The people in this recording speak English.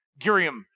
Giriam